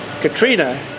Katrina